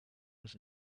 has